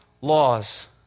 laws